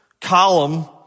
column